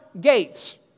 gates